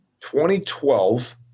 2012